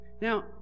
Now